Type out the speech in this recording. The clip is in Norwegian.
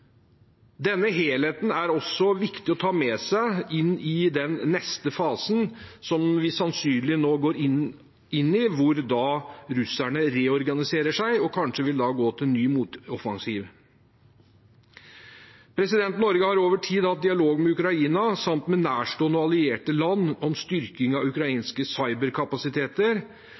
Denne helheten er også viktig å ta med seg inn i den neste fasen, som vi sannsynligvis nå går inn i, hvor russerne reorganiserer seg og kanskje vil gå til en ny motoffensiv. Norge har over tid hatt dialog med Ukraina samt med nærstående allierte land om styrking av ukrainske cyberkapasiteter,